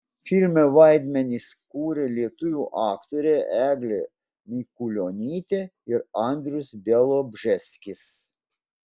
filme vaidmenis kūrė lietuvių aktoriai eglė mikulionytė ir andrius bialobžeskis